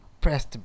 press